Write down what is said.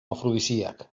afrodisíac